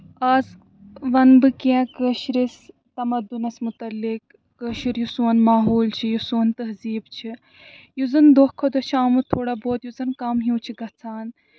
آز وَنہٕ بہٕ کیٚنہہ کٲشرِس تَمَدُنَس مُتعلِق کٲشِر یُس سون ماحول چھُ یُس سون تہذیٖب چھِ یُس زَن دۄہ کھۄتہٕ دۄہ چھُ آمُت تھوڑا بہت یُس زَن کَم ہیوٗ چھُ گژھان